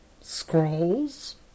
Scrolls